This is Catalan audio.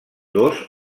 dos